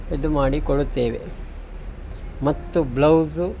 ಇದು ಮಾಡಿಕೊಡುತ್ತೇವೆ ಮತ್ತು ಬ್ಲೌಸು